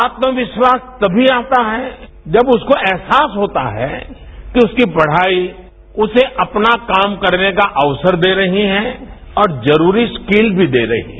आत्मविश्वास तभी आता है जब उसको एहसास होता है कि उसकी पढ़ाई उसे अपना काम करने का अवसर दे रहे हैं और जरूरी स्किल भी दे रहे हैं